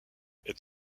est